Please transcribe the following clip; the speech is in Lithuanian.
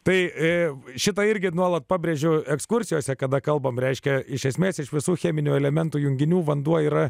tai šitą irgi nuolat pabrėžiu ekskursijose kada kalbame reiškia iš esmės iš visų cheminių elementų junginių vanduo yra